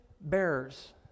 bearers